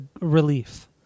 relief